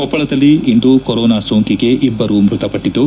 ಕೊಪ್ಪಳದಲ್ಲಿ ಇಂದು ಕೊರೊನಾ ಸೋಂಕಿಗೆ ಇಬ್ಬರು ಮೃತಪಟ್ಟದ್ದು